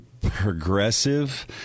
progressive